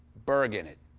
burg in it.